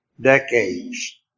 decades